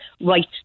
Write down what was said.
right